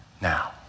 now